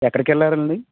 ఎక్కడికెళ్ళాలండి